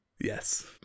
yes